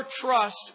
trust